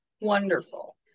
wonderful